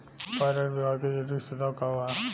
Pyrite व्यवहार के जरूरी सुझाव का वा?